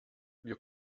wir